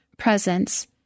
presence